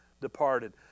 departed